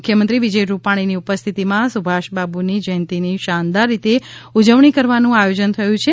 મુખ્યમંત્રી વિજય રૂપાણીની ઉપસ્થિતિમાં સુભાષબાબુની જયંતીની શાનદાર રીતે ઉજવણી કરવાનું આયોજન થયું છે